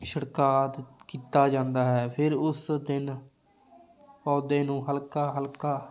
ਛਿੜਕਾਅ ਤ ਕੀਤਾ ਜਾਂਦਾ ਹੈ ਫਿਰ ਉਸ ਦਿਨ ਪੌਦੇ ਨੂੰ ਹਲਕਾ ਹਲਕਾ